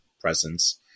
presence